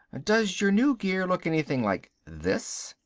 does your new gear look anything like this?